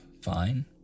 Fine